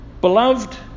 Beloved